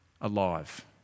alive